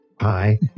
Hi